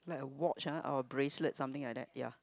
like a watch ah or a bracelet something like that ya